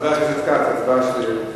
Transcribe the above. חבר הכנסת כץ, הצבעה.